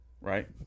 Right